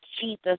Jesus